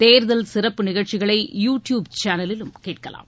தேர்தல் சிறப்பு நிகழ்ச்சிகளை யூ டியூப் சேனலிலும் கேட்கலாம்